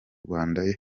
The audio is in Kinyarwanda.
rwanda